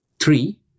Three